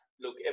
Look